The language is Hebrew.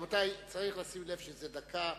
רבותי, צריך לשים לב שזו דקה,